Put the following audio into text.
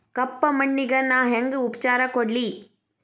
ಕಪ್ಪ ಮಣ್ಣಿಗ ನಾ ಹೆಂಗ್ ಉಪಚಾರ ಕೊಡ್ಲಿ?